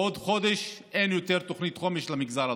בעוד חודש אין יותר תוכנית חומש למגזר הדרוזי,